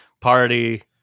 party